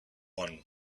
one